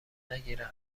نگیرند